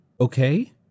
Okay